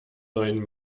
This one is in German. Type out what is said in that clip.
neuen